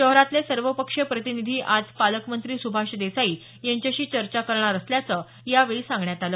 शहरातले सर्वपक्षीय प्रतिनिधी आज पालकमंत्री सुभाष देसाई यांच्याशी चर्चा करणार असल्याचं यावेळी सांगण्यात आलं